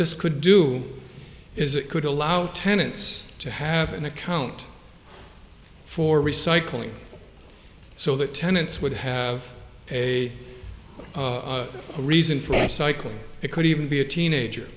this could do is it could allow tenants to have an account for recycling so that tenants would have a reason for a cycle it could even be a teenager